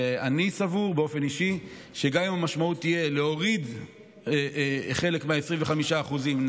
אני באופן אישי סבור שגם אם המשמעות תהיה להוריד חלק מה-25% ל-15%,